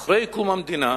אחרי קום המדינה